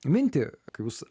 mintį kai jūs